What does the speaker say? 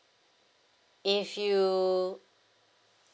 if you